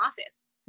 office